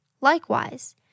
Likewise